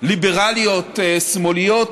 ליברליות שמאליות,